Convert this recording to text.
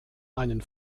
einen